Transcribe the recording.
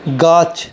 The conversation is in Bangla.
গাছ